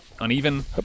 uneven